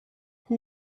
who